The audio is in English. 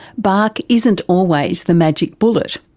bach isn't always the magic bullet.